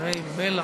דברי בלע.